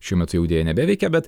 šiuo metu jau deja nebeveikia bet